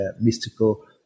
mystical